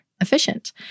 efficient